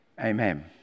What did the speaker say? Amen